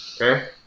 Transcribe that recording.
okay